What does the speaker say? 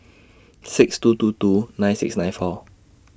six two two two nine six nine four